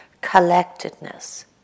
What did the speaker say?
collectedness